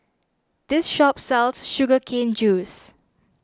this shop sells Sugar Cane Juice